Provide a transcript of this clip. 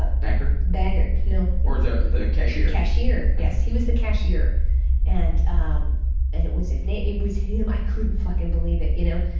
but bagger? bagger. no. or the cashier? cashier, yes. he was the cashier and um and it was his name, it was him. i couldn't fucking believe it, you know.